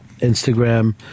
Instagram